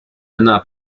anna